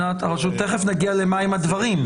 תיכף נגיע למה הם הדברים.